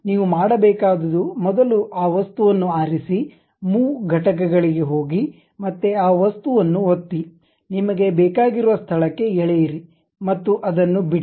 ನೀವು ಮಾಡಬೇಕಾದುದು ಮೊದಲು ಆ ವಸ್ತುವನ್ನು ಆರಿಸಿ ಮೂವ್ ಘಟಕಗಳಿಗೆ ಹೋಗಿ ಮತ್ತೆ ಆ ವಸ್ತುವನ್ನು ಒತ್ತಿ ನಿಮಗೆ ಬೇಕಾಗಿರುವ ಸ್ಥಳಕ್ಕೆ ಎಳೆಯಿರಿ ಮತ್ತು ಅದನ್ನು ಬಿಡಿ